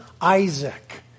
Isaac